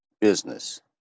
business